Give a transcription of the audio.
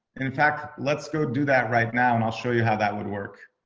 in fact, let's go do that right now. and i'll show you how that would work.